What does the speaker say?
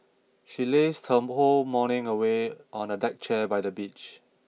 she lazed her whole morning away on a deck chair by the beach